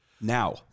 Now